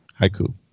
Haiku